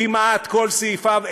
כמעט כל סעיפיו,